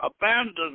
abandoned